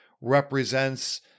represents